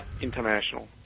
International